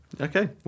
Okay